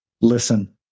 listen